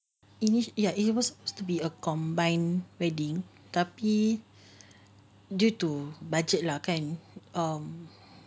initia~ ya it was to be a combined wedding tapi due to budget lah kan um